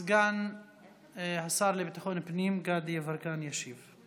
סגן השר לביטחון פנים גדי יברקן ישיב.